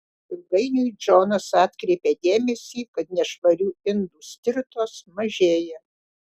ilgainiui džonas atkreipė dėmesį kad nešvarių indų stirtos mažėja